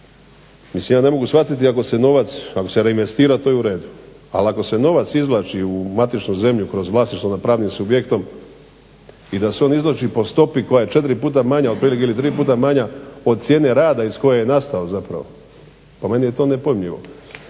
Mislim ja ne mogu shvatiti ako se novac, ako se reinvestira to je u redu, ali ako se novac izvlači u matičnu zemlju kroz vlasništvo nad pravnim subjektom i da se on izvlači po stopi koja je 4 puta manja otprilike ili 3 puta manja od cijene rada iz koje je nastao zapravo po meni je to nepojmljivo.